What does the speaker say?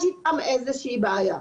יש איתם איזושהי בעיה.